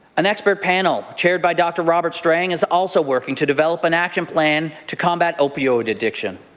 an expert panel chaired by dr. robert stang is also working to develop an action plan to combat opioid addiction.